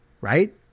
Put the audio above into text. right